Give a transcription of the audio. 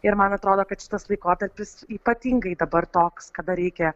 ir man atrodo kad šitas laikotarpis ypatingai dabar toks kada reikia